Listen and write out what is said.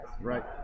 Right